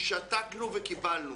שתקנו וקיבלנו.